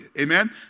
Amen